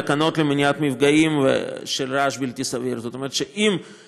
התקנות למניעת מפגעים של רעש בלתי סביר קובעות